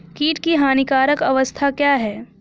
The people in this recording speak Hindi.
कीट की हानिकारक अवस्था क्या है?